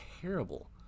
terrible